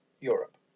Europe